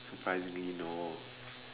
surprisingly no